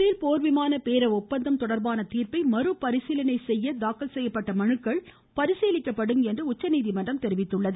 பேல் போர் விமான பேர ஒப்பந்தம் தொடா்பான தீர்ப்பை மறு பரீசீலனை செய்ய தாக்கல் செய்யப்பட்ட மனுக்கள் பரிசீலிக்கப்படும் என்று உச்சநீதிமன்றம் தெரிவித்துள்ளது